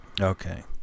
Okay